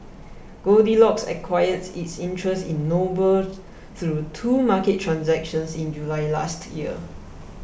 goldilocks acquired its interest in Noble through two market transactions in July last year